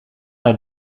haar